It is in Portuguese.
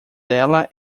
dela